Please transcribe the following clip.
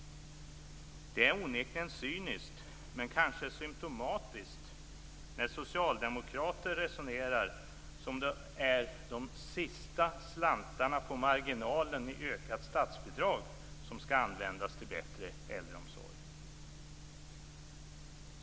Det är onekligen cyniskt, men kanske symtomatiskt, när socialdemokrater resonerar som om det är de sista slantarna på marginalen i ökat statsbidrag som skall användas till bättre äldreomsorg.